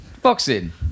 Boxing